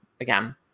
again